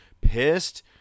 Pissed